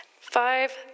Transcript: Five